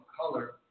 color